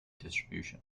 distribution